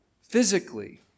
physically